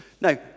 Now